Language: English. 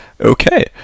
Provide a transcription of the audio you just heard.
okay